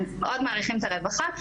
אנחנו מאוד מעריכים את הרווחה,